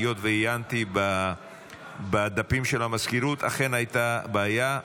היות שעיינתי בדפים של המזכירות, אכן, הייתה בעיה.